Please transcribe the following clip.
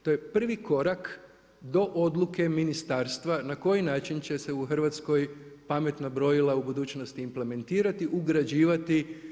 To je prvi korak do odluke ministarstva, na koji način će se u Hrvatskoj pametna brojila u budućnosti implementirati, ugrađivati.